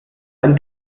ein